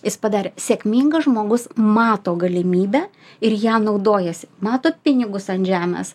jis padarė sėkmingas žmogus mato galimybę ir ja naudojasi mato pinigus ant žemės